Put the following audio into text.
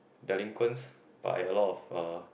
delinquents by a lot of uh